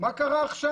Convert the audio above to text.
מה קרה עכשיו?